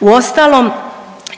Uostalom